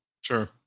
Sure